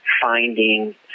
finding